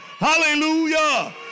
Hallelujah